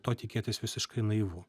to tikėtis visiškai naivu